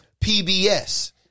PBS